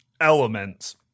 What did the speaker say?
elements